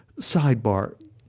Sidebar